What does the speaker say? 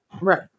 Right